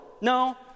No